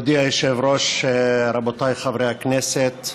מכובדי היושב-ראש, רבותיי חברי הכנסת,